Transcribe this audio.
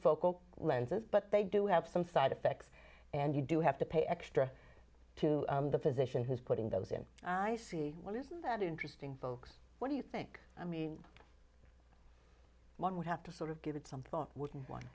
focal lenses but they do have some side effects and you do have to pay extra to the physician who's putting those in i see well isn't that interesting folks what do you think i mean one would have to sort of give it some thought wouldn't